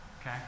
okay